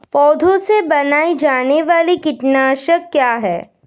पौधों से बनाई जाने वाली कीटनाशक क्या है?